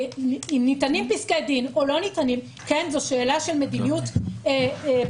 האם ניתנים פסקי דין או לא ניתנים זו שאלה של מדיניות הלכתית.